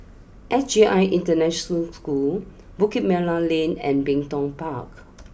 S J I International School Bukit Merah Lane and Ming tongPark